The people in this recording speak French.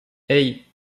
hey